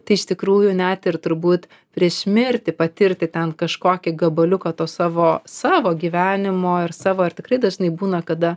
tai iš tikrųjų net ir turbūt prieš mirtį patirti ten kažkokį gabaliuką to savo savo gyvenimo ir savo ir tikrai dažnai būna kada